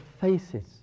faces